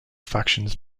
factions